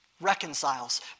reconciles